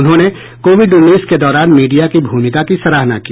उन्होंने कोविड उन्नीस के दौरान मीडिया की भूमिका की सराहना की